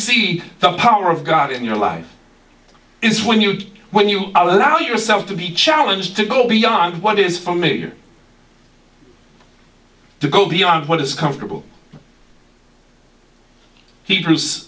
see the power of god in your life is when you when you allow yourself to be challenged to go beyond what is familiar to go beyond what is comfortable he